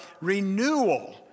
renewal